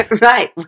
Right